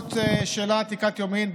זאת שאלה עתיקת יומין,